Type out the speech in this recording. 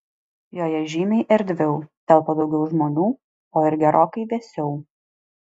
joje žymiai erdviau telpa daugiau žmonių o ir gerokai vėsiau